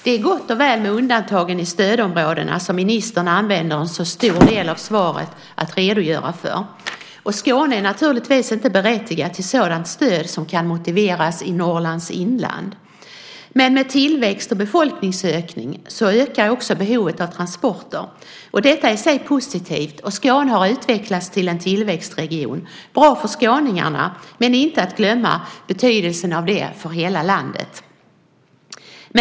Det är gott och väl med de undantag i stödområdena som ministern använder en så stor del av svaret till att redogöra för. Skåne är naturligtvis inte berättigat till sådant stöd som kan motiveras i Norrlands inland. Men med tillväxt och befolkningsökning ökar också behovet av transporter. Detta är i sig positivt. Skåne har utvecklats till en tillväxtregion. Det är bra för skåningarna, men man får inte glömma betydelsen av det för hela landet.